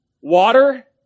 water